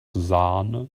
sahne